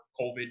COVID